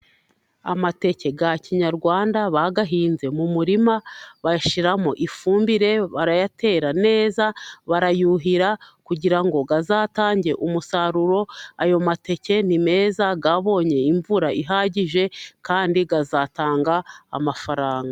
Amateke ya kinyarwanda bayahinze mu murima, bayashyiramo ifumbire barayatera neza, barayuhira kugira ngo azatange umusaruro. Ayo mateke ni meza, yabonye imvura ihagije kandi azatanga amafaranga.